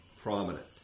prominent